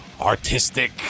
artistic